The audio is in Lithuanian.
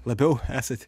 labiau esate